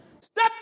Step